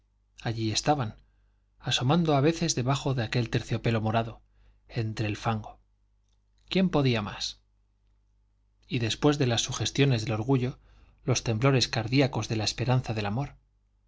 allí estaban asomando a veces debajo de aquel terciopelo morado entre el fango quién podía más y después de las sugestiones del orgullo los temblores cardíacos de la esperanza del amor